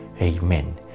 Amen